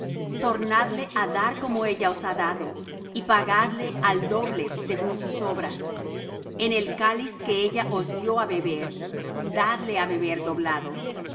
tornadle á dar como ella os ha dado y pagadle al doble según sus obras en el cáliz que ella os dió á beber dadle á beber doblado